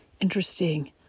interesting